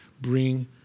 bring